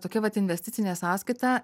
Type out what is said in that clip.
tokia vat investicinė sąskaita